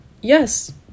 yes